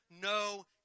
no